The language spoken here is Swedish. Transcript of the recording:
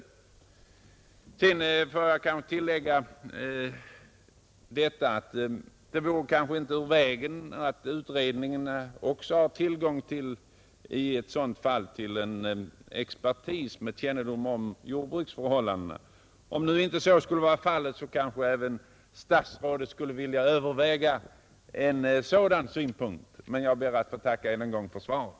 Slutligen vill jag tillägga att det kanske inte vore ur vägen att utredningen i sådant fall också får tillgång till expertis med kännedom om jordbruksförhållandena. Jag hoppas att statsrådet vill överväga även den synpunkten. Jag tackar än en gång för svaret.